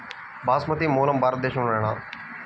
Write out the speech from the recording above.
బాస్మతి మూలం భారతదేశంలోనా?